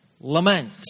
lament